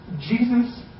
Jesus